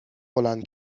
فلان